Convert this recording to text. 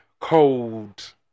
cold